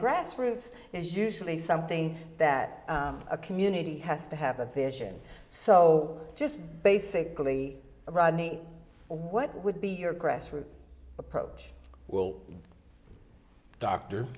grassroots is usually something that a community has to have a vision so just basically ronnie what would be your grassroots approach well doctor